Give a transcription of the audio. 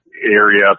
area